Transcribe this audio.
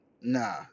Nah